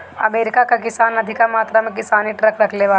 America कअ किसान अधिका मात्रा में किसानी ट्रक रखले बाड़न